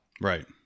Right